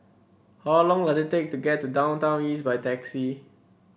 how long does it take to get to Downtown East by taxi